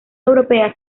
europea